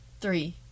three